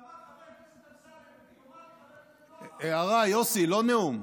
ואמר חבר הכנסת אמסלם, הערה, יוסי, לא נאום.